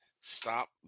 stop